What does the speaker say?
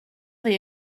they